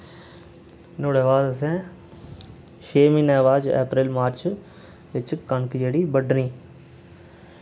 नुआढ़ बाद असें छे म्हीने दे बाद अप्रैल मार्च बिच कनक जेह्ड़ी बड्ढनी